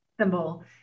symbol